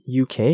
UK